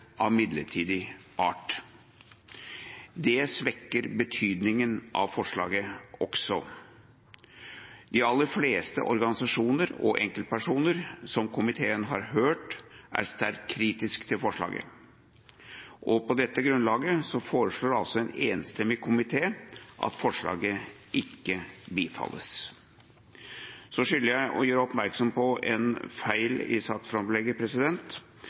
av midlertidig art. Det svekker også betydninga av forslaget. De aller fleste organisasjoner og enkeltpersoner som komiteen har hørt, er sterkt kritisk til forslaget. På dette grunnlaget foreslår en enstemmig komité at forslaget ikke bifalles. Jeg skylder å gjøre oppmerksom på en feil i saksframlegget.